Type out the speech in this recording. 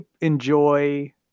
enjoy